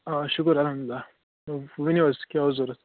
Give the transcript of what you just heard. آ شُکُر الحمدُاللہ ؤںِو حظ کیٛاہ اوس ضروٗرت